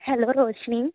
hello Roshni